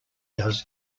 does